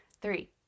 three